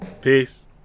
Peace